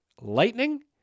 lightning